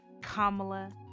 Kamala